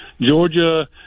Georgia